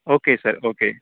okay sir okay